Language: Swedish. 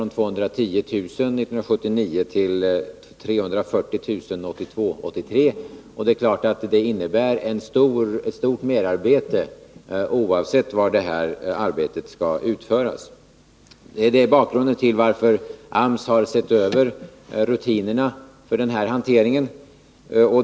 Det är klart att detta innebär ett stort merarbete, oavsett var det arbetet skall utföras. Detta är anledningen till att AMS har sett över rutinerna för den här hanteringen.